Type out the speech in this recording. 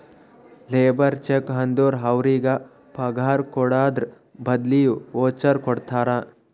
labour check ಅಂದುರ್ ಅವ್ರಿಗ ಪಗಾರ್ ಕೊಡದ್ರ್ ಬದ್ಲಿ ವೋಚರ್ ಕೊಡ್ತಾರ